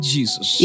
Jesus